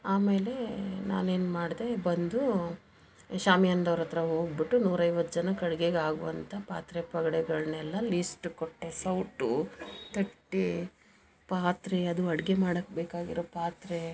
ಆಮೇಲೆ ನಾನೇನು ಮಾಡಿದೆ ಬಂದು ಶಾಮಿಯಾನ್ದವ್ರ ಹತ್ರ ಹೋಗ್ಬುಟ್ಟು ನೂರೈವತ್ತು ಜನಕ್ಕೆ ಅಡುಗೆಗಾಗುವಂಥ ಪಾತ್ರೆ ಪಗಡೆಗಳನ್ನೆಲ್ಲ ಲೀಸ್ಟು ಕೊಟ್ಟೆ ಸೌಟು ತಟ್ಟೆ ಪಾತ್ರೆ ಅದು ಅಡುಗೆ ಮಾಡಕ್ಕೆ ಬೇಕಾಗಿರೋ ಪಾತ್ರೆ